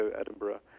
Edinburgh